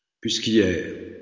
puisqu'hier